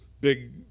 big